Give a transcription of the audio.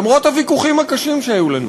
למרות הוויכוחים הקשים שהיו לנו,